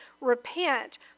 Repent